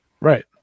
Right